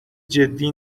جدی